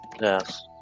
Yes